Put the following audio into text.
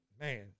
man